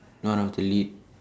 one of the lead